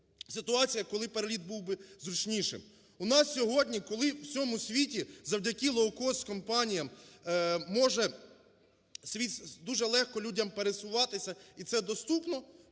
ситуаціях, коли переліт був би зручнішим. У нас сьогодні, коли у всьому світі завдяки лоукост-компаніям може… дуже легко людям пересуватися і це доступно,